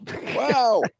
Wow